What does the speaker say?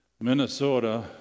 Minnesota